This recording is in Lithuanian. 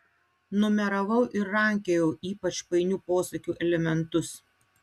numeravau ir rankiojau ypač painių posakių elementus